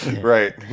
Right